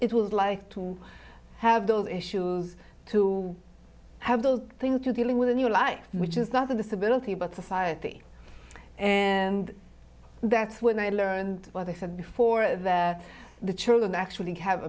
was like to have those issues to have those things you're dealing with a new life which is not a disability but society and that's when i learned what they said before that the children actually have